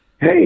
Hey